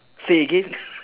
say again